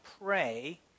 pray